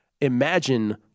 imagine